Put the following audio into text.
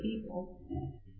people